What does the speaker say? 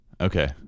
okay